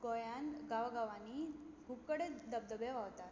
गोंयांत गांवां गांवांनी खूब कडेन धबधबे व्हांवतात